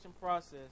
process